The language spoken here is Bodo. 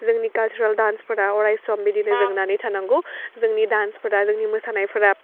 जोंनि कालसाराल डान्सफोराव अराय सम बिदिनो जोंनानै थानांगौ जोंनि डान्सफोरा जोंनि मोसानायफोरा